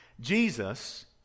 jesus